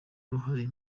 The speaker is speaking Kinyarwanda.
uruhare